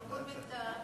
הוא אומר את זה.